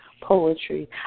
poetry